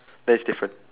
that is different